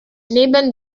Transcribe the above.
neben